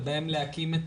ובהם להקים את